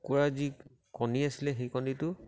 কুকুৰাৰ যি কণী আছিলে সেই কণীটো